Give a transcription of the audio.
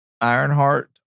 Ironheart